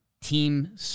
team